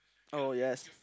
oh yes